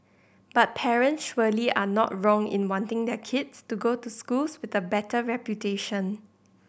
but parents surely are not wrong in wanting their kids to go to schools with a better reputation